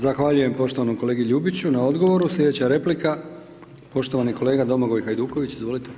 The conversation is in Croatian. Zahvaljujem poštovanom kolegi Ljubiću na odgovoru, sljedeća replika poštovani kolega Domagoj Hajduković, izvolite.